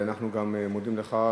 אנחנו גם מודים לך,